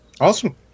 awesome